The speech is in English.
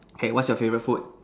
okay what is your favourite food